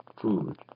Food